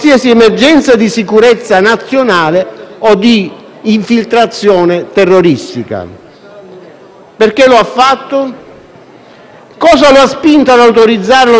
Perché l'ha fatto? Cosa l'ha spinto ad autorizzare lo sbarco solo il 25 agosto, dopo ben dieci giorni dal salvataggio? L'obiettivo,